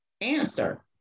answer